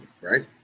right